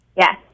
Yes